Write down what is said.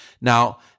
now